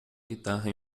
guitarra